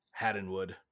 Haddonwood